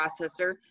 processor